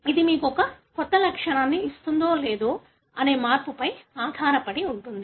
ఇది మీకు కొత్త లక్షణాన్ని ఇస్తుందో లేదో మార్పుపై ఆధారపడి ఉంటుంది